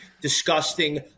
Disgusting